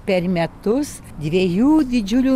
per metus dviejų didžiulių